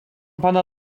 pana